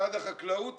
משרד החקלאות